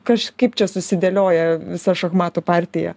kažkaip čia susidėlioja visos šachmatų partija